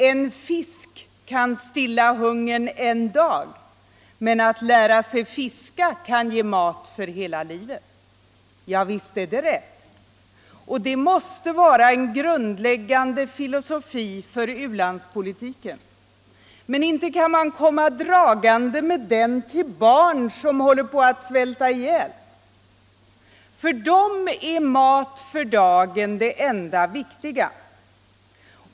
En fisk kan stilla hungern en dag, men att lära sig fiska kan ge mat för hela livet. Ja, visst är det rätt, och det måste vara en grundläggande filosofi för u-landspolitiken, men inte kan man komma dragande med den till barn som håller på att svälta ihjäl. För dem är mat för dagen det enda viktiga.